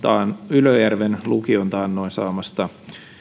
ylöjärven lukion taannoin saamasta